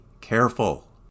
careful